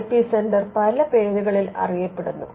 I P centre പല പേരുകളിൽ അറിയപ്പെടുന്നു